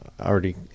already